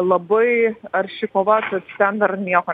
labai arši kova tad ten dar nieko